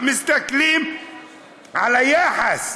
מסתכלים על היחס,